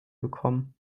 bekommen